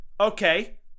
okay